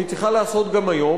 והיא צריכה לעשות גם היום,